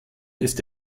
ist